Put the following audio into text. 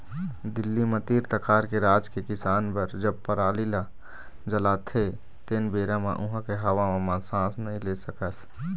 दिल्ली म तीर तखार के राज के किसान बर जब पराली ल जलोथे तेन बेरा म उहां के हवा म सांस नइ ले सकस